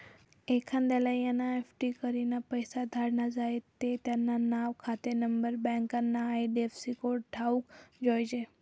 एखांदाले एन.ई.एफ.टी करीन पैसा धाडना झायेत ते त्यानं नाव, खातानानंबर, बँकना आय.एफ.सी कोड ठावूक जोयजे